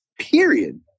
period